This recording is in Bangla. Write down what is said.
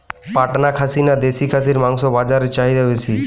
পাটনা খাসি না দেশী খাসির মাংস বাজারে চাহিদা বেশি?